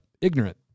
ignorant